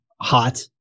hot